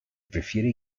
prefiere